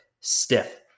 stiff